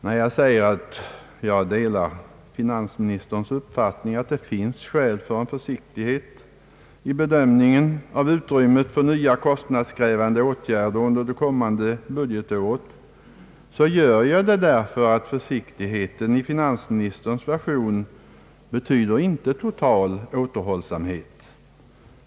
När jag säger att jag delar finansministerns uppfattning att det finns skäl för en viss försiktighet vid bedömningen av utrymmet för nya kostnadskrävande åtgärder under det kommande budgetåret, gör jag det därför att försiktigheten i finansministerns version inte betyder total återhållsamhet.